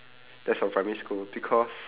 that's from primary school because